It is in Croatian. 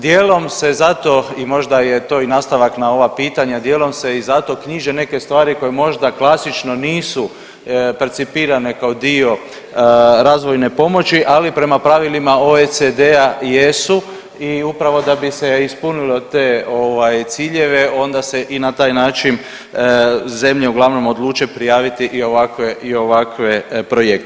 Dijelom se zato i možda je to i nastavak na ova pitanja, dijelom se i zato knjiže neke stvari koje možda klasično nisu percipirane kao dio razvojne pomoći, ali prema pravilima OECD-a jesu i upravo da bi se ispunilo te ovaj ciljeve onda se i na taj način zemlje uglavnom odluče prijaviti i ovakve, i ovakve projekte.